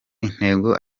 intego